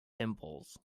pimples